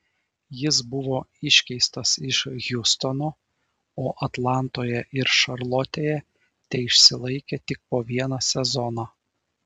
jis buvo iškeistas iš hjustono o atlantoje ir šarlotėje teišsilaikė tik po vieną sezoną